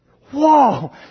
Whoa